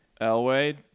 Elway